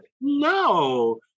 no